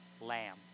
Lamb